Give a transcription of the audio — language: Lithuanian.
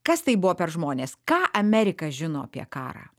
kas tai buvo per žmonės ką amerika žino apie karą